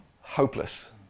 hopeless